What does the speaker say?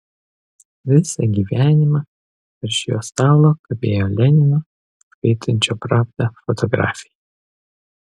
visą gyvenimą virš jo stalo kabėjo lenino skaitančio pravdą fotografija